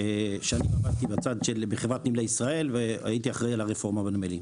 עבדתי בחברת נמלי ישראל והייתי אחראי על הרפורמה בנמלים.